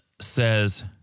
says